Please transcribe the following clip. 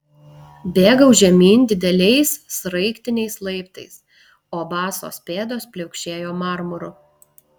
bėgau žemyn dideliais sraigtiniais laiptais o basos pėdos pliaukšėjo marmuru